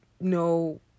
no